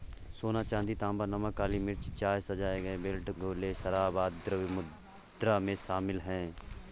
सोना, चांदी, तांबा, नमक, काली मिर्च, चाय, सजाए गए बेल्ट, गोले, शराब, आदि द्रव्य मुद्रा में शामिल हैं